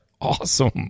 awesome